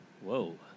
Whoa